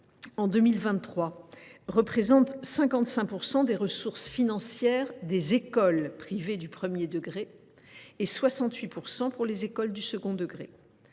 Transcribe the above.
de l’État représentaient 55 % des ressources financières des écoles privées du premier degré et 68 % de celles des écoles du second degré.